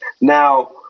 Now